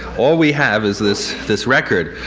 all we have is this this record.